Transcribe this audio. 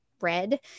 red